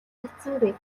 чадсангүй